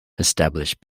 establish